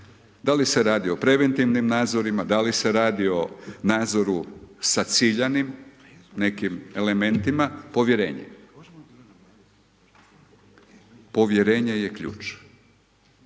da li se radi o preventivnim nadzorima, da li se radi o nadzoru sa ciljanim nekim elementima, povjerenje. Povjerenje je ključ.